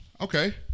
Okay